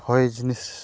ᱦᱚᱭ ᱡᱤᱱᱤᱥ